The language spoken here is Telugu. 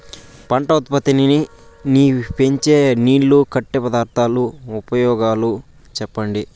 పంట ఉత్పత్తి నీ పెంచే నీళ్లు కట్టే పద్ధతుల ఉపయోగాలు చెప్పండి?